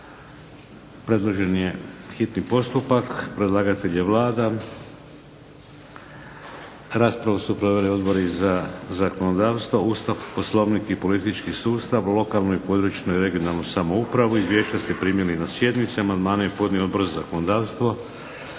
čitanje, P.Z. br. 784 Predlagatelj je Vlada. Raspravu su proveli odbori za zakonodavstvo, Ustav, Poslovnik i politički sustav, lokalnu i područnu (regionalnu) samoupravu. Izvješća ste primili na sjednici. Amandmane je podnio Odbor za zakonodavstvo